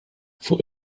fuq